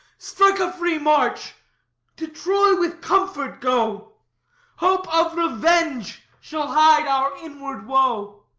strike a free march to troy. with comfort go hope of revenge shall hide our inward woe.